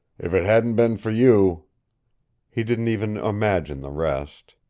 if it hadn't been for you he didn't even imagine the rest.